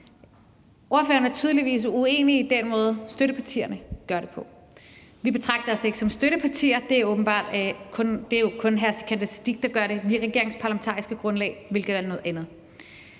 Ordføreren er tydeligvis uenig i den måde, støttepartierne gør det på. Vi betragter os ikke som støttepartier; det er kun hr. Sikandar Siddique, der gør det. Vi er regeringens parlamentariske grundlag, hvilket er noget andet.